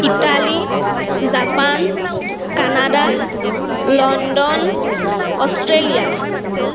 Italy Japan Canada London Australia